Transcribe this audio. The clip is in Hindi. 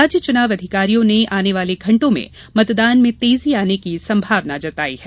राज्य चुनाव अधिकारियों ने आने वाले घंटों में मतदान में तेजी आने की संभावना जताई है